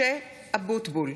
(קוראת בשמות חברי הכנסת) משה אבוטבול,